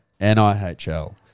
NIHL